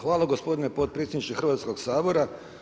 Hvala gospodine potpredsjedniče Hrvatskog sabora.